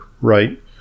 Right